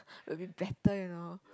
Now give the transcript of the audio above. will be better you know